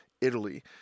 Italy